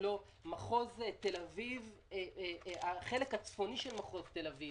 בחלק הצפוני של מחוז תל אביב: